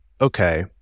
okay